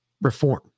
reform